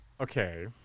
Okay